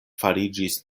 fariĝis